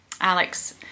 Alex